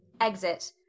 Exit